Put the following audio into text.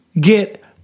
get